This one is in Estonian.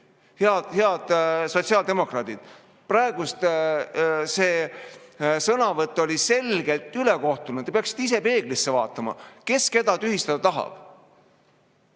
Head sotsiaaldemokraadid! Praegune sõnavõtt oli selgelt ülekohtune. Te peaksite ise peeglisse vaatama. Kes keda tühistada tahab?